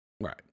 Right